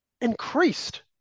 increased